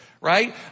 right